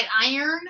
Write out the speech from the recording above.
iron